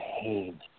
pain